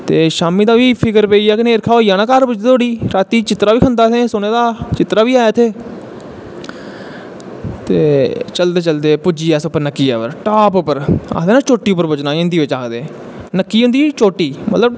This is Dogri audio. ते शाम्मी दा बी फिकर पेइया कि नेरखा होई जाना घर जंदे धोड़ी रातीं चित्तरा बी खंदा सुनें दा हा चित्तरा बा होंदा इत्थें ते चलदे चलदे पुज्जी गे अस उप्पर नक्कियै पर टॉप उप्पर आखदे ना चोटी पर पुज्जना हिन्दी बिच्च आखदे नक्की होंदा चोटी मतलव